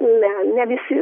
ne ne visi